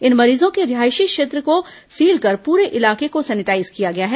इन मरीजों के रिहायशी क्षेत्रों को सील कर पुरे इलाके को सैनिटाइज किया गया है